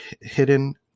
hidden